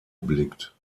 blickt